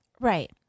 Right